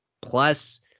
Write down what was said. Plus